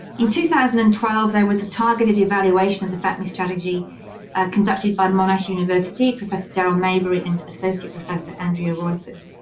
in two thousand and twelve, there was a targeted evaluation of the fapmi strategy conducted by monash university, professor darryl maybery and associate professor andrea reupert.